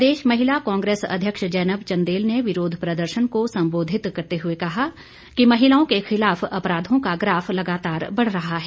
प्रदेश महिला कांग्रेस अध्यक्ष जैनब चंदेल ने विरोध प्रदर्शन को संबोधित करते हुए कहा कि महिलाओं के खिलाफ अपराधों का ग्राफ लगातार बढ़ रहा है